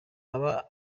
aba